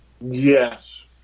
Yes